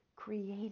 created